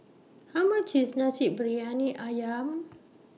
How much IS Nasi Briyani Ayam